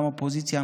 גם אופוזיציה,